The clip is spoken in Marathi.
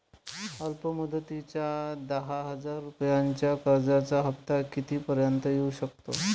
अल्प मुदतीच्या दहा हजार रुपयांच्या कर्जाचा हफ्ता किती पर्यंत येवू शकतो?